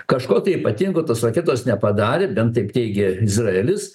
kažko tai ypatingo tos raketos nepadarė bent taip teigė izraelis